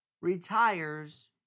retires